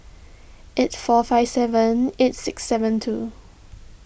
eight four five seven eight six seven two